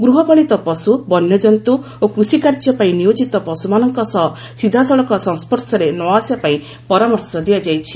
ଗୃହପାଳିତ ପଶୁ ବନ୍ୟଜନ୍ତୁ ଓ କୃଷିକାର୍ଯ୍ୟ ପାଇଁ ନିୟୋଜିତ ପଶ୍ରୁମାନଙ୍କ ସହ ସିଧାସଳଖ ସଂସର୍ଶରେ ନ ଆସିବା ପାଇଁ ପରାମର୍ଶ ଦିଆଯାଇଛି